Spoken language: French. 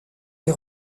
est